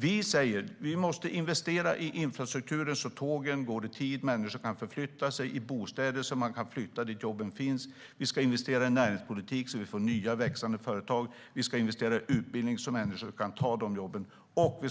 Vi säger: Vi måste investera i infrastrukturen så att tågen går i tid och människor kan förflytta sig, i bostäder så att man kan flytta dit jobben finns, i näringspolitik så att vi får nya växande företag, i utbildning så att människor kan ta jobb och